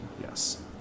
yes